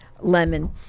lemon